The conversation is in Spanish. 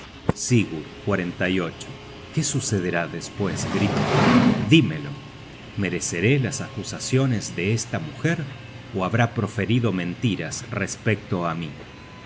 tí completamente sigurd qué sucederá despues griper dímelo mereceré las acusaciones de esta mujer ó habrá proferido mentiras respecto á mí